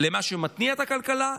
למה שמתניע את הכלכלה,